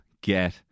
get